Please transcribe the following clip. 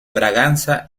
braganza